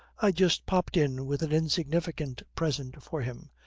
i just popped in with an insignificant present for him,